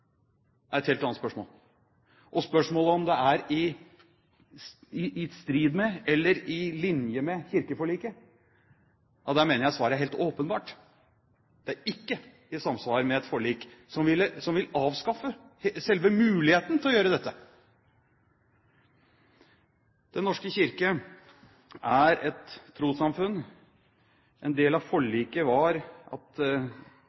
helt annet. På spørsmålet om det er i strid med eller på linje med kirkeforliket, mener jeg svaret er helt åpenbart. Det er ikke i samsvar med et forlik som vil avskaffe selve muligheten til å gjøre dette. Den norske kirke er et trossamfunn. En del av forliket var at